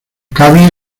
cable